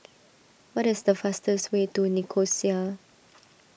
what is the fastest way to Nicosia